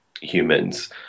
humans